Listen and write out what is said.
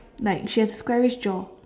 like she has squarish jaw